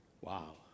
Wow